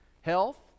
Health